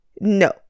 no